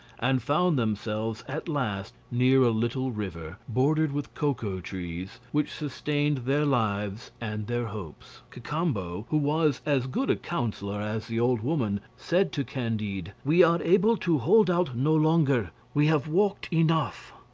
and found themselves at last near a little river bordered with cocoa trees, which sustained their lives and their hopes. cacambo, who was as good a counsellor as the old woman, said to candide we are able to hold out no longer we have walked enough.